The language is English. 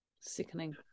Sickening